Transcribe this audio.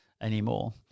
anymore